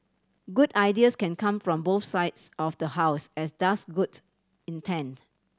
good ideas can come from both sides of the house as does goods intent